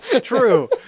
True